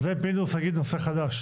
על זה פינדרוס יגיד נושא חדש.